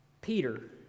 Peter